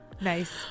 Nice